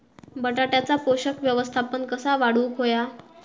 बटाट्याचा पोषक व्यवस्थापन कसा वाढवुक होया?